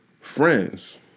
friends